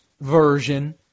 version